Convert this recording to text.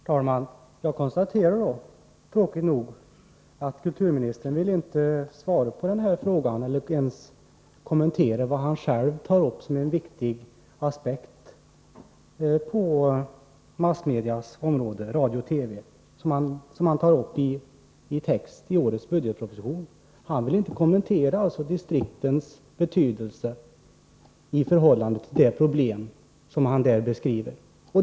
Herr talman! Jag konstaterar att kulturministern tråkigt nog inte vill svara på den här frågan eller ens kommentera vad han själv i texten i årets budgetproposition tar upp som en viktig aspekt på radio-TV-området. Han vill inte kommentera distriktens betydelse i förhållande till de problem som han där beskriver.